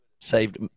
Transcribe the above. saved